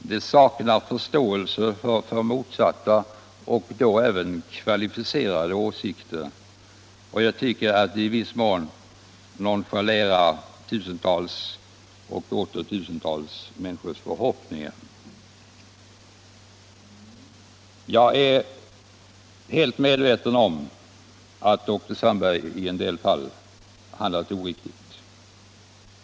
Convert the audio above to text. Det saknar förståelse för motsatta åsikter, även kvalificerade sådana. Det nonchalerar i viss mån tusentals och åter tusentals människors förhoppningar. Jag är helt medveten om att doktor Sandberg i en del fall handlat oriktigt.